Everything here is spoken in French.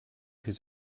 pris